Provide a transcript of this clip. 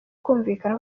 kumvikana